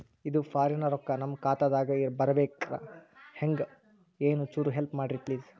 ಇದು ಫಾರಿನ ರೊಕ್ಕ ನಮ್ಮ ಖಾತಾ ದಾಗ ಬರಬೆಕ್ರ, ಹೆಂಗ ಏನು ಚುರು ಹೆಲ್ಪ ಮಾಡ್ರಿ ಪ್ಲಿಸ?